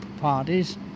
parties